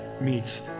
meets